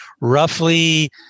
roughly